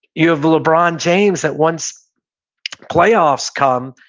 you have lebron james that once playoffs come,